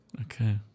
Okay